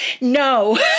No